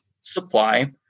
supply